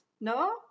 No